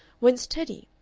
whence teddy,